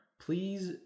please